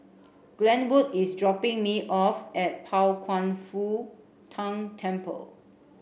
Glenwood is dropping me off at Pao Kwan Foh Tang Temple